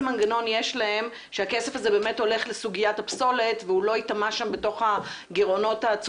מנגנון יש להם שהכסף המדובר יועבר באמת עבור פינוי פסולת